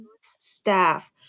Staff